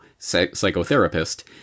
psychotherapist